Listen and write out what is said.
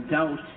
Doubt